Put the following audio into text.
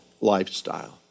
lifestyle